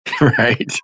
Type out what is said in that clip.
right